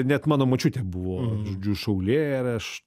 net mano močiutė buvo žodžiu šaulė ir aš